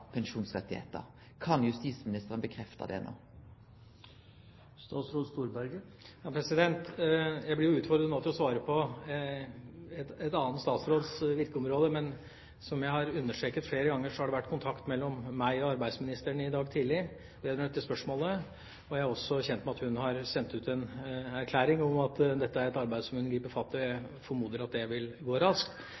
å svare på en annen statsråds virkeområde, men som jeg har understreket flere ganger, har det vært kontakt mellom meg og arbeidsministeren i dag tidlig vedrørende dette spørsmålet. Jeg er også kjent med at hun har sendt ut en erklæring om at dette er et arbeid som hun vil gripe fatt